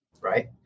right